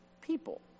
people